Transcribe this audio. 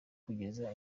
kugeza